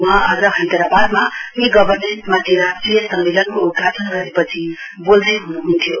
वहाँ आज हैदराबादमा ई गर्भनेन्समाथि राष्ट्रिय सम्मेलनको उद्घाटन गरेपचि बोल्दै हुनुहुन्थ्यो